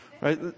right